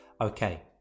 Okay